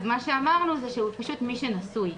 אז מה שאמרנו זה מי שנשוי.